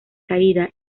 caída